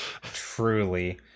truly